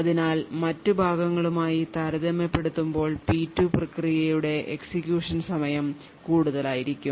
അതിനാൽ മറ്റ് ഭാഗങ്ങളുമായി താരതമ്യപ്പെടുത്തുമ്പോൾ P2 പ്രക്രിയയുടെ execution സമയം കൂടുതലായിരിക്കും